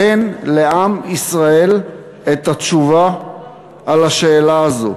תן לעם ישראל את התשובה על השאלה הזאת,